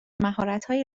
مهراتهای